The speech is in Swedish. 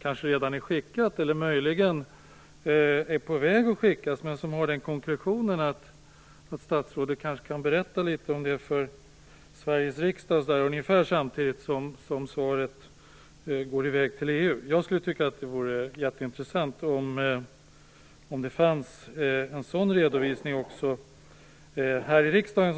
det redan skickat eller på väg att skickas, och kanske har det den konklusionen att statsrådet kan berätta litet grand om det för Sveriges riksdag ungefär samtidigt som svaret går i väg till EU. Jag tycker att det vore jätteintressant om en redovisning i den frågan fanns också här i riksdagen.